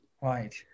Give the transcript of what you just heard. right